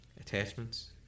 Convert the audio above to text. attachments